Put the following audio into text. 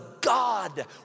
God